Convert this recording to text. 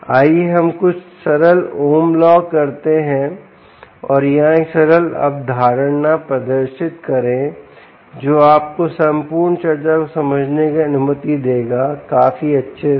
आइए हम कुछ सरल ओम लॉ करते हैं और यहां एक सरल अवधारणा प्रदर्शित करें जो आपको संपूर्ण चर्चा को समझने की अनुमति देगा काफी अच्छे से